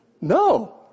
No